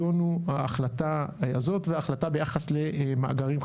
זה בעצם החלטה 4442. על ההחלטה הזאת כמו שאמרנו,